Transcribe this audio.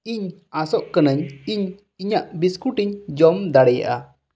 ᱤᱧ ᱟᱸᱥᱚᱜ ᱠᱟ ᱱᱟ ᱧ ᱤᱧ ᱤᱧᱟ ᱜ ᱵᱤᱥᱠᱩᱴ ᱤᱧ ᱡᱚᱢ ᱫᱟᱲᱮᱭᱟᱜᱼᱟ